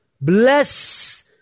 bless